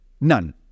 none